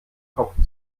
kopf